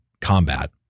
combat